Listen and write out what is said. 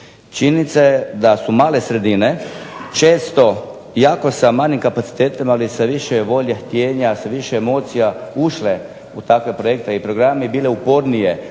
Činjenica je da su male sredine često sa malim kapacitetima, ali sa više volje, htijenja, sa više emocija ušle u takve programe i bile upornije